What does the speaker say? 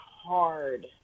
hard